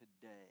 today